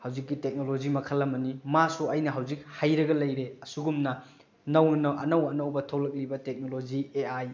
ꯍꯧꯖꯤꯛꯀꯤ ꯇꯦꯛꯅꯣꯂꯣꯖꯤ ꯃꯈꯜ ꯑꯃꯅꯤ ꯃꯥꯁꯨ ꯑꯩꯅ ꯍꯧꯖꯤꯛ ꯍꯩꯔꯒ ꯂꯩꯔꯦ ꯑꯁꯤꯒꯨꯝꯅ ꯅꯧꯅ ꯑꯅꯧ ꯑꯅꯧꯕ ꯊꯣꯛꯂꯛꯂꯤꯕ ꯇꯦꯛꯅꯣꯂꯣꯖꯤ ꯑꯦ ꯑꯥꯏ